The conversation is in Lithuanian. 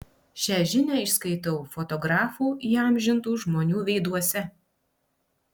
šią žinią išskaitau fotografų įamžintų žmonių veiduose